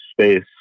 space